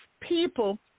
people